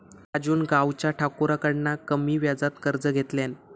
राजून गावच्या ठाकुराकडना कमी व्याजात कर्ज घेतल्यान